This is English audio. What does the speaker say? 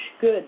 good